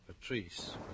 Patrice